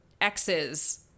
X's